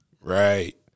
right